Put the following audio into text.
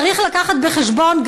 צריך לקחת בחשבון,